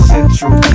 Central